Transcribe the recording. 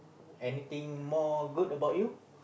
anything more good about you